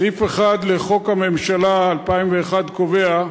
סעיף 1 לחוק הממשלה, 2001, קובע: